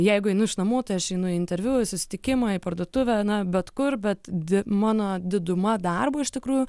jeigu einu iš namų tai aš einu į interviu į susitikimą į parduotuvę na bet kur bet mano diduma darbo iš tikrųjų